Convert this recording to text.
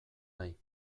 nahi